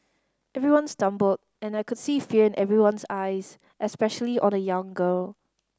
everyone stumbled and I could see fear in everyone's eyes especially on a young girl